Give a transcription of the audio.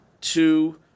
two